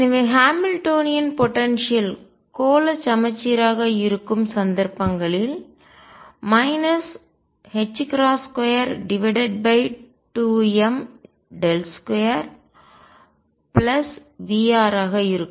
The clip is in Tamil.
எனவே ஹாமில்டோனியன் போடன்சியல் ஆற்றல் கோள சமச்சீராக இருக்கும் சந்தர்ப்பங்களில் 22m 2V ஆக இருக்கும்